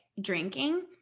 drinking